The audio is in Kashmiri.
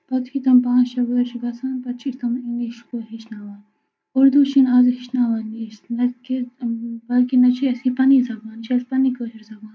پَتہٕ یُتھٕے تِم پانٛژھ شےٚ وُہٕرۍ چھِ گژھان پَتہٕ چھِ أسۍ تِمن اِنگلِش ہیٚچھناوان اردو چھِنہٕ آزٕ ہیٚچھنانٕے أسۍ لٕکھ کہِ بٔلکہِ نہ چھِ اَسہِ یہِ پَنٕنۍ زبان یہِ اَسہِ پَنٕنۍ کٲشِر زبان